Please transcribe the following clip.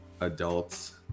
adults